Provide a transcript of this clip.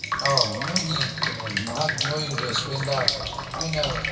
ꯑꯧ ꯅꯣꯏꯒꯤ ꯀꯩꯅꯣ ꯅꯍꯥꯛ ꯅꯣꯏ ꯔꯦꯁꯇꯨꯔꯦꯟꯗ ꯑꯩꯅ